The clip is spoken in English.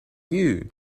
you